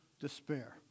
despair